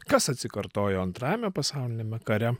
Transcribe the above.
kas atsikartojo antrajame pasauliniame kare